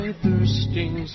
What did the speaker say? thirsting